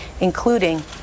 including